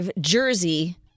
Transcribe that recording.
jersey